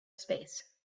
space